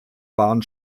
waren